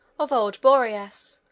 of old boreas,